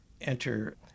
enter